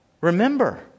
Remember